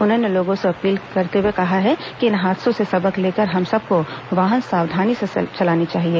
उन्होंने लोगों से अपील करते हुए कहा है कि इन हादसों से सबक लेकर हम सबको वाहन सावधानी से चलानी चाहिए